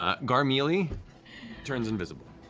ah garmelie turns invisible.